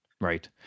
Right